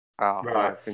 Right